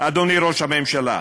אדוני ראש הממשלה".